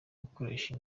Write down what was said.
gukoresha